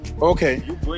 Okay